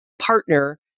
partner